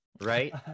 right